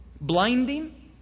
blinding